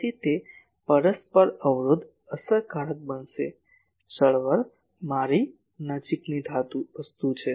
તેથી તે પરસ્પર અવરોધ અસરકારક બનશે ચળવળ મારી નજીકની વસ્તુ છે